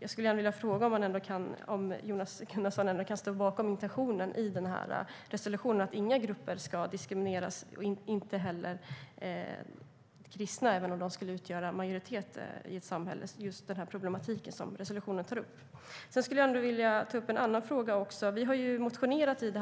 Jag skulle gärna vilja fråga om Jonas Gunnarsson ändå kan stå bakom intentionen i resolutionen att inga grupper ska diskrimineras - inte heller kristna, även om de skulle utgöra majoritet i ett samhälle. Det är just den problematik som resolutionen tar upp. Jag skulle också vilja ta upp en annan fråga. Vi har motionerat i